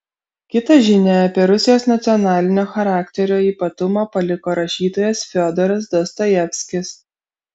kitą žinią apie rusijos nacionalinio charakterio ypatumą paliko rašytojas fiodoras dostojevskis